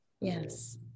Yes